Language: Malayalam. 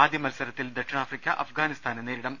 ആദ്യമത്സരത്തിൽ ദക്ഷിണാഫ്രിക്ക അഫ്ഗാനിസ്ഥാനെ നേരിടും